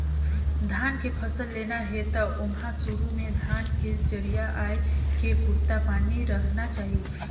धान के फसल लेना हे त ओमहा सुरू में धान के जरिया आए के पुरता पानी रहना चाही